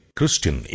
Christian